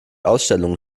ausstellungen